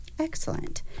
Excellent